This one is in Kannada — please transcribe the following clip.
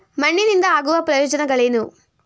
ಮಣ್ಣಿನಿಂದ ಆಗುವ ಪ್ರಯೋಜನಗಳೇನು?